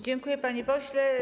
Dziękuję, panie pośle.